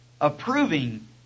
approving